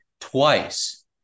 twice